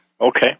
Okay